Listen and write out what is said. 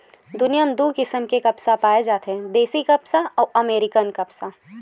दुनिया म दू किसम के कपसा पाए जाथे देसी कपसा अउ अमेरिकन कपसा